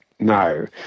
No